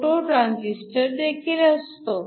photo transistor देखील असतो